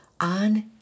on